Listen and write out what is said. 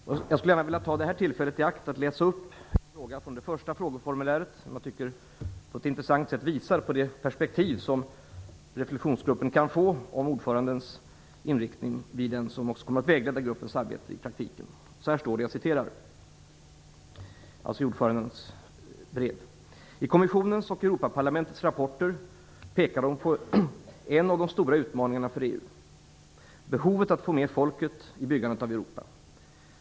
Jag skulle gärna vilja ta detta tillfälle i akt att läsa upp en fråga från det första frågeformuläret som jag tycker på ett intressant sätt visar på det perspektiv som reflexionsgruppen kan få om ordförandens inriktning blir den som också kommer att vägleda gruppens arbete i praktiken. I ordförandens brev står det så här: "I kommissionens och Europaparlamentets rapporter pekar de på en av de stora utmaningarna för EU: behovet av att få med folket i byggandet av Europa.